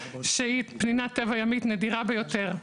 שהיא פנינת טבע ימית נדירה ביותר?